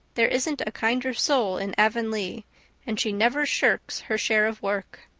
there isn't a kinder soul in avonlea and she never shirks her share of work.